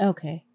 Okay